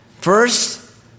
First